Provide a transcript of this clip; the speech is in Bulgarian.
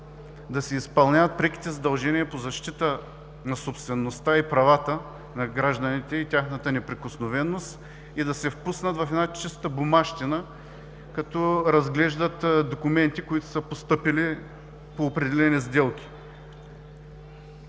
да си изпълняват преките задължения по защита на собствеността и правата на гражданите и тяхната неприкосновеност и да се впуснат в една чиста бумащина, като разглеждат документи, които са постъпили по определени сделки?!